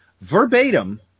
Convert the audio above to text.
verbatim